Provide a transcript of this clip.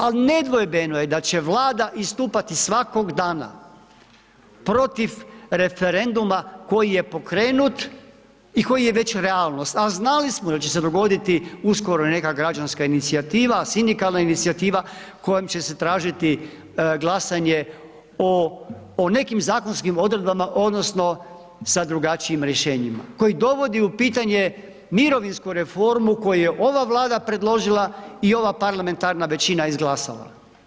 Ali, nedvojbeno je da će Vlada istupati svakog dana protiv referenduma koji je pokrenut i koji je već realnost, a znali smo da će se dogoditi uskoro i neka građanska inicijativa, sindikalna inicijativa, kojom će se tražiti glasanje o nekim zakonskim odredbama odnosno sa drugačijim rješenjima koji dovodi u pitanje mirovinsku reformu koju je ova Vlada predložila i ova parlamentarna većina izglasala.